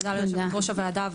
תודה ליו"ר הוועדה,